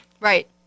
Right